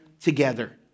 together